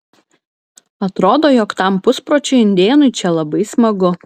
atrodo jog tam puspročiui indėnui čia labai smagu